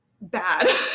Bad